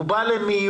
הוא בא למיון,